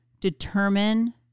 determine